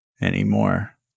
anymore